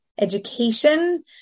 education